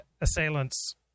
assailants